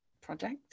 project